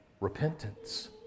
Repentance